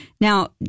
now